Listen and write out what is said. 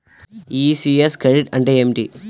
ECS credit అంటే ఏమిటి?